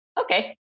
okay